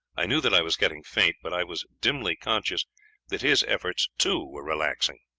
i knew that i was getting faint, but i was dimly conscious that his efforts, too, were relaxing.